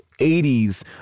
80s